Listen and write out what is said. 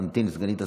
תמתיני, סגנית השר.